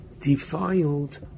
defiled